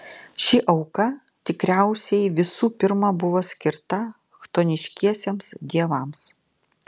ši auka tikriausiai visų pirma buvo skirta chtoniškiesiems dievams